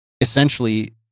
essentially